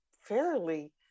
fairly